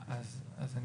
היא